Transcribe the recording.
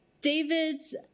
David's